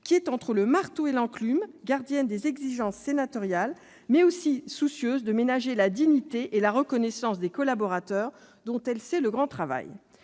sorte entre le marteau et l'enclume, elle est gardienne des exigences sénatoriales, tout en étant soucieuse de ménager la dignité et la reconnaissance des collaborateurs, dont elle sait le grand travail.